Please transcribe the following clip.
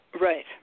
Right